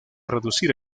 reducir